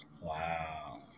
Wow